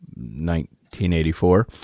1984